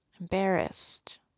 embarrassed